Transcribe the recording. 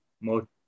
more